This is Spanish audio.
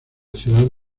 ciudad